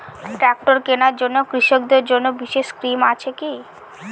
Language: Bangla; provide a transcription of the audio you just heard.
ট্রাক্টর কেনার জন্য কৃষকদের জন্য বিশেষ স্কিম আছে কি?